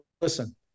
listen